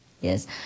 yes